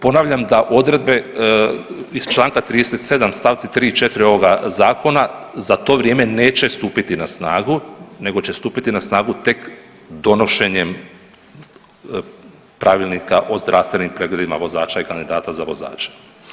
Ponavljam da odredbe iz članka 37. stavci 3. i 4. ovoga zakona za to vrijeme neće stupiti na snagu, nego će stupiti na snagu tek donošenjem Pravilnika o zdravstvenim pregledima vozača i kandidata za vozače.